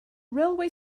railway